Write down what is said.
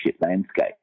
landscape